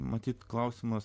matyt klausimas